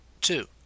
two